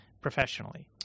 professionally